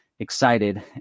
excited